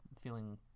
feeling